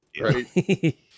right